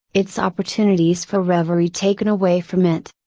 its opportunities for reverie taken away from it.